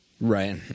Right